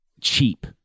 cheap